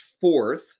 fourth